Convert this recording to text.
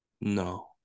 no